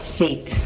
faith